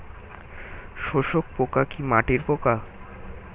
শোষক পোকা কি মাটির পোকা?